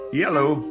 Yellow